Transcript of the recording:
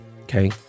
Okay